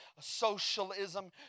Socialism